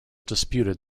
disputed